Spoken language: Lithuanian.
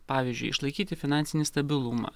pavyzdžiui išlaikyti finansinį stabilumą